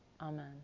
Amen